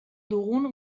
dugun